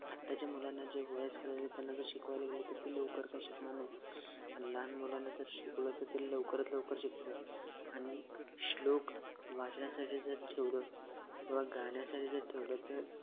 आताच्या मुलांना जे वयस्कर त्यांना जर शिकवायला गेलं तर ते लवकर काय शिकणार नाहीत पण लहान मुलांना जर शिकवलं तर ते लवकरात लवकर शिकतात आणि श्लोक वाचण्यासाठी जर ठेवलं किंवा गाण्यासाठी जर ठेवलं तर